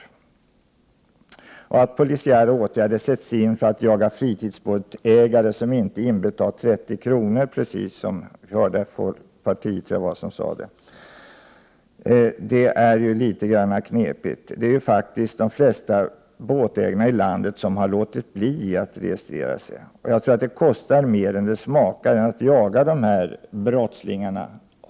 Att sätta in polisiära åtgärder för att jaga de fritidsbåtsägare som inte betalat in 30 kr., precis som en tidigare talare sade, är också litet knepigt. Det är ju faktiskt de flesta båtägarna i landet som låtit bli att registrera sin båt. Det kostar mer än det smakar att jaga de här brottslingarna.